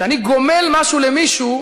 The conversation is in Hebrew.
כשאני גומל משהו למישהו,